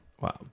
wow